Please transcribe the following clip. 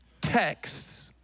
texts